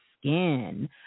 skin